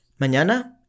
mañana